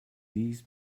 these